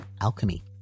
alchemy